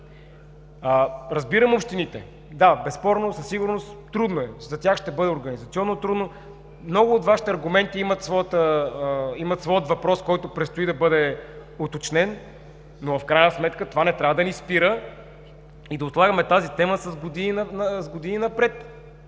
Разбирам общините. Да, безспорно, със сигурност, трудно е. За тях ще бъде организационно трудно. Много от Вашите аргументи имат своя въпрос, който предстои да бъде уточнен, но в крайна сметка това не трябва да ни спира и да отлагаме тази тема с години напред,